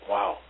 Wow